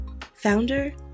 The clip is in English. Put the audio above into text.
founder